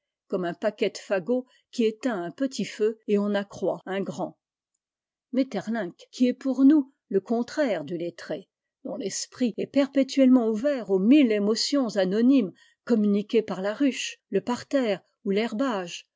maeterlinck qui est pour nous le contraire du lettré dont l'esprit est perpétuellement ouvert aux mille émotions anonymes communiquées par la ruche le parterre ou l'herbage